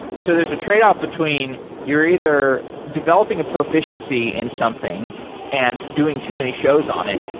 so there's a trade-off between you're either developing a proficiency in something and doing too many shows on it,